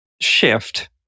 shift